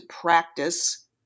practice